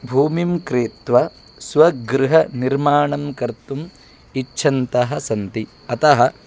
भूमिं क्रीत्वा स्वगृहनिर्माणं कर्तुम् इच्छन्तः सन्ति अतः